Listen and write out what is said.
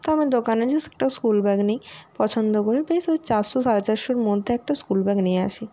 তো আমি দোকানে জাস্ট একটা স্কুল ব্যাগ নিই পছন্দ করে বেশ ওই চারশো সাড়ে চারশোর মধ্যে একটা স্কুল ব্যাগ নিয়ে আসি